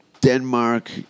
Denmark